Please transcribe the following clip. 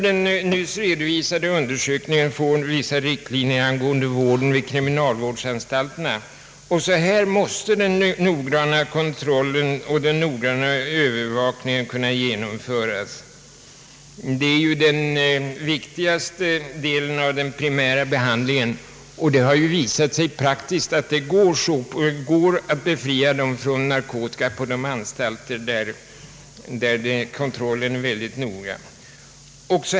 Den nyss redovisade undersökningen torde också ge vissa riktlinjer för vården vid kriminalvårdsanstalterna. Också här måste en noggrann kontroll och övervakning kunna genomföras. Det är den viktigaste delen av den primära behandlingen, och det har också visat sig i praktiken att det går att stoppa tillförseln av narkotika där kontrollen är mycket noggrann.